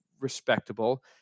respectable